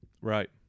Right